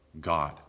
God